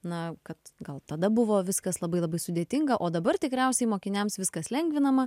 na kad gal tada buvo viskas labai labai sudėtinga o dabar tikriausiai mokiniams viskas lengvinama